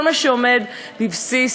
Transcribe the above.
כל מה שעומד בבסיס